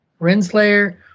Renslayer